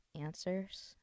answers